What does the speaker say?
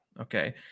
okay